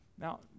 Now